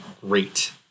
great